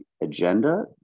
agenda